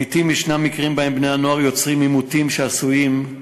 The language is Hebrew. לעתים יש מקרים שבהם בני-הנוער יוצרים עימותים שעשויים,